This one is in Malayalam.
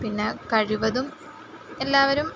പിന്നെ കഴിവതും എല്ലാവരും